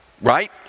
Right